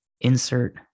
Insert